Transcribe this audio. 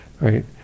right